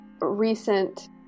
recent